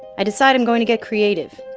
i decide i'm going to get creative.